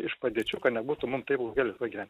iš padėčių kad nebūtų mums taip galvoji